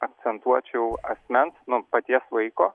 akcentuočiau asmens nu paties vaiko